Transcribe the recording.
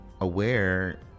aware